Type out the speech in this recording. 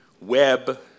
web